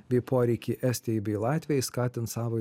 bei poreikį estijai bei latvijai skatint savo